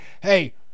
hey